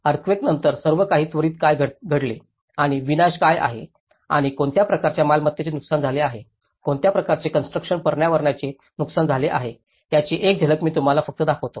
अर्थक्वेकानंतर सर्व काही त्वरित काय घडले आणि विनाश काय आहेत आणि कोणत्या प्रकारच्या मालमत्तेचे नुकसान झाले आहे कोणत्या प्रकारचे कॉन्स्ट्रुकशन पर्यावरणाचे नुकसान झाले आहे याची एक झलक मी तुम्हाला फक्त दाखवतो